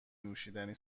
نوشیدنی